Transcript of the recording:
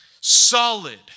solid